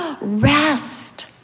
rest